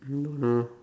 don't know